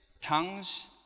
tongues